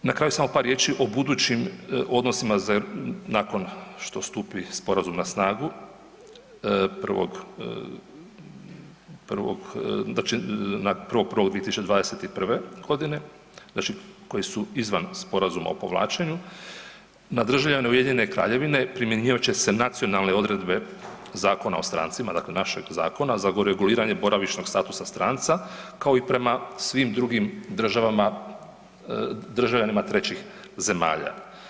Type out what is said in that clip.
Na kraju samo par riječi o budućim odnosima nakon što stupi sporazum na snagu 1.1.2021.g., znači koji su izvan sporazuma o povlačenju, na državljane Ujedinjene Kraljevine primjenjivat će se nacionalne odredbe Zakona o strancima, dakle našeg zakona za reguliranje boravišnog statusa stranca, kao i prema svim drugim državama, državljanima trećih zemalja.